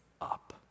up